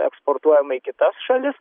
eksportuojama į kitas šalis